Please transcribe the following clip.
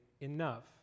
enough